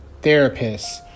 therapists